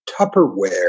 Tupperware